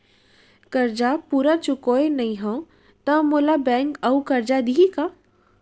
करजा पूरा चुकोय नई हव त मोला बैंक अऊ करजा दिही का?